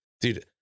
Dude